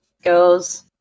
goes